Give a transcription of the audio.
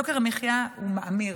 יוקר המחיה מאמיר.